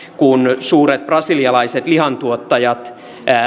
kun suuret brasilialaiset lihantuottajat